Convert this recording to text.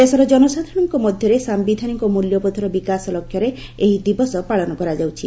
ଦେଶର ଜନସାଧାରଣଙ୍କ ମଧ୍ୟରେ ସାୟିଧାନିକ ମୂଲ୍ୟବୋଧର ବିକାଶ ଲକ୍ଷ୍ୟରେ ଏହି ଦିବସ ପାଳନ କରାଯାଉଛି